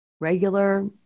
regular